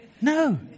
No